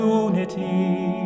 unity